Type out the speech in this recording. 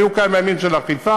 היו כמה ימים של אכיפה,